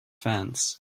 fence